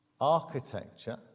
Architecture